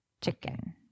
chicken